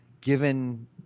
given